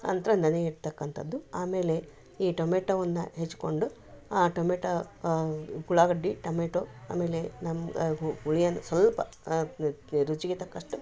ನಂತರ ನೆನೆ ಇಟ್ತಕ್ಕಂಥದ್ದು ಆಮೇಲೆ ಈ ಟೊಮೆಟೊವನ್ನ ಹೆಚ್ಕೊಂಡು ಆ ಟೊಮೆಟೊ ಉಳ್ಳಾಗಡ್ಡಿ ಟೊಮೆಟೊ ಆಮೇಲೆ ನಮ್ಮ ಹುಳಿಯನ್ನ ಸ್ವಲ್ಪ ರುಚಿಗೆ ತಕ್ಕಷ್ಟು